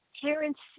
parents